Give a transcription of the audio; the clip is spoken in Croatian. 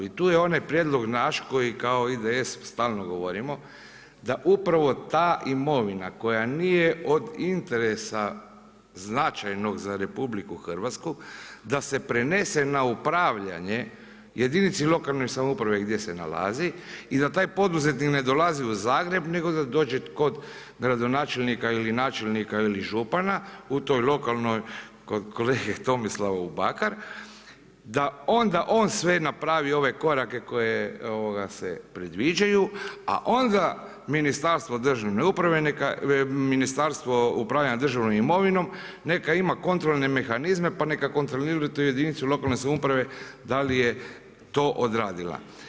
I tu je onaj prijedlog naš koji kao IDS stalno govorimo, da upravo ta imovina koja nije od interesa značajnog za RH da se prenese na upravljanje jedinici lokalne samouprave gdje se nalazi i da taj poduzetnik ne dolazi u Zagreb nego da dođe kod gradonačelnika ili načelnika ili župana u toj lokalnoj kolege Tomislava Govornik se ne razumije./… da onda oni sve naprave korake koji se predviđaju a onda Ministarstvo državne imovine neka upravlja državnom imovinom, neka ima kontrolne mehanizme pa neka kontroliraju tu jedinicu lokalne samouprave da li je to odradila.